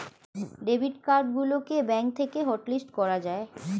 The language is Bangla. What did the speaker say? ডেবিট কার্ড গুলোকে ব্যাঙ্ক থেকে হটলিস্ট করা যায়